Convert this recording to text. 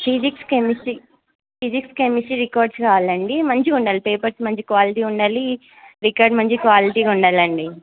physics chemistry physics chemistry records కావాలండి మంచిగా ఉండాలి పేపర్స్ మంచి క్వాలిటీ ఉండాలి రికార్డ్ మంచి క్వాలిటీగా ఉండాలండి